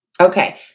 Okay